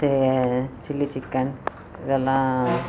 J chilli chicken இதுல்லாம்